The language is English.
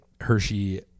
Hershey